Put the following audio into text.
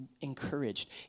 encouraged